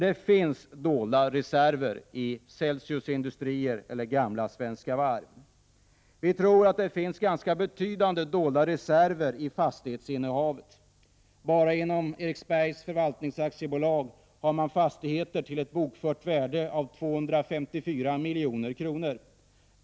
Det finns dock dolda reserver i Celsius Industrier, dvs. i gamla Svenska Varv. Vi tror att det finns ganska betydande dolda reserver i fastighetsinnehavet. Bara inom Eriksbergs Förvaltnings AB har man fastigheter till ett bokfört värde av 254 milj.kr.